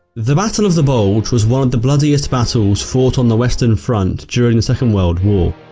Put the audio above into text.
the battle of the bulge was one of the bloodiest battles fought on the western front during the second world war.